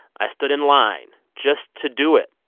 i stood in line just to do it.